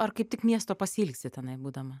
ar kaip tik miesto pasiilgsti tenai būdama